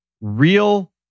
Real